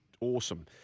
awesome